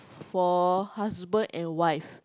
for husband and wife